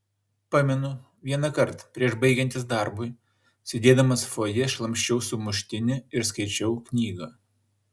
pamenu vienąkart prieš baigiantis darbui sėdėdamas fojė šlamščiau sumuštinį ir skaičiau knygą